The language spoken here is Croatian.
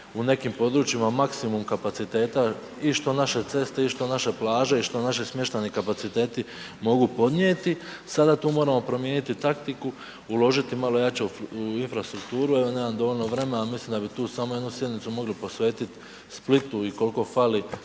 u nekim područjima maksimum kapaciteta i što naše ceste i što naše plaže i što naši smještajni kapaciteti mogu podnijeti. Sada tu moramo promijeniti taktiku, uložiti malo jače u infrastrukturu. Evo nemam dovoljno vremena, ali mislim da bi tu samo jednu sjednicu mogli posvetiti Splitu i koliko fali